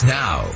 now